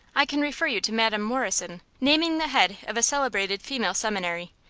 i can refer you to madam morrison, naming the head of a celebrated female seminary.